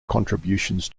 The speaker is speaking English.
contributions